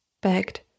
begged